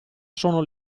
sono